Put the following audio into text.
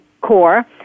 Core